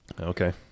Okay